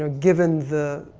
ah given the,